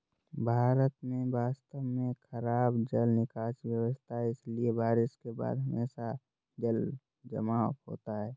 भारत में वास्तव में खराब जल निकासी व्यवस्था है, इसलिए बारिश के बाद हमेशा जलजमाव होता है